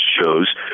shows